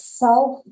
self